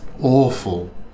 awful